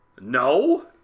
No